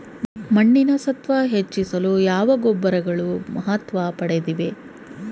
ಮಣ್ಣಿನ ಸತ್ವ ಹೆಚ್ಚಿಸಲು ಯಾವ ಗೊಬ್ಬರಗಳು ಮಹತ್ವ ಪಡೆದಿವೆ?